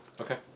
Okay